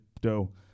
dough